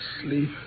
sleep